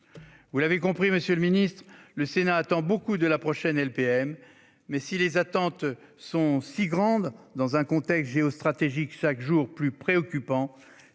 Vous l'avez compris, monsieur le ministre, le Sénat attend beaucoup de la prochaine LPM. Mais si les attentes sont si grandes dans un contexte géostratégique chaque jour plus préoccupant,